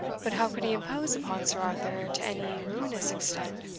but how could he impose upon sir arthur to any ruinous extent?